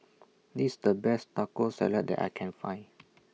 This The Best Taco Salad that I Can Find